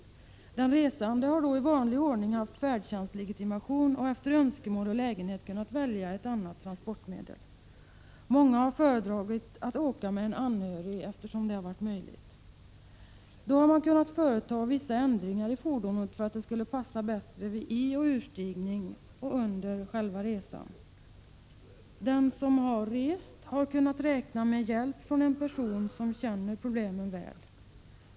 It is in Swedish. Den resande har i vanlig ordning haft färdtjänstslegitimation och efter önskemål och lägenhet kunnat välja ett annat transportmedel. Många har då föredragit att fara med en anhörig när det varit möjligt. Man har kunnat företa vissa ändringar i fordonet för att det skall passa bättre både vid inoch urstigning och under själva resan. Den resande har kunnat räkna med hjälp från en person som känner problemen väl.